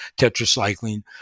tetracycline